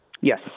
Yes